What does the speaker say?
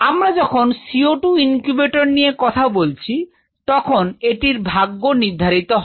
আমরা যখন CO 2 incubator নিয়ে কথা বলছি তখন ইতির ভাগ্য নির্ধারিত হয়